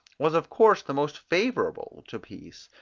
was of course the most favourable to peace,